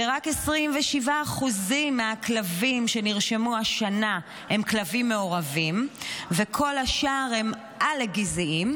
ורק 27% מהכלבים שנרשמו השנה הם כלבים מעורבים וכל השאר הם עלק גזעיים,